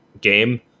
game